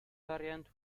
variant